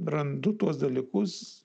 randu tuos dalykus